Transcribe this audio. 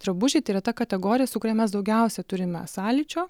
drabužiai tai yra ta kategorija su kuria mes daugiausia turime sąlyčio